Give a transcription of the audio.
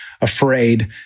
afraid